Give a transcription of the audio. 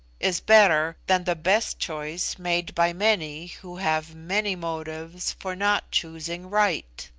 is better than the best choice made by many who have many motives for not choosing right.